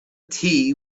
tea